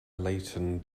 layton